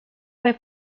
fue